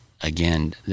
again